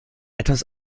etwas